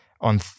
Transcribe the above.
on